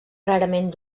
rarament